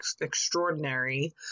extraordinary